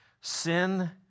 Sin